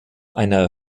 einer